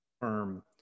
firm